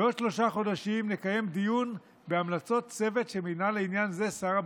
בעוד שלושה חודשים נקיים דיון בהמלצות צוות שמינה לעניין זה שר הביטחון,